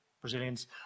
Brazilians